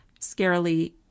scarily